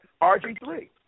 RG3